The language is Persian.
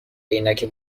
عینک